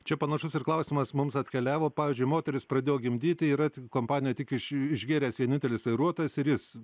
čia panašus ir klausimas mums atkeliavo pavyzdžiui moteris pradėjo gimdyti yra tik kompanijoj tik iš išgėręs vienintelis vairuotojas ir jis